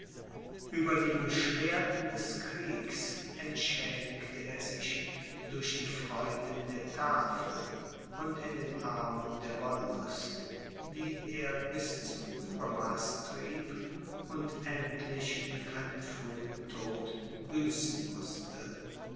für die beschwerden des kriegs entschädigte er sich durch die freuden der tafel und in den armen der wollust die er bis zum uebermaße trieb und endlich mit einem frühen tod büßen mußte